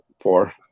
four